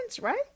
right